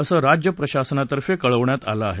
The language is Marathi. अस राज्यप्रशानातर्फे कळवण्यात आलं आहे